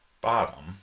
bottom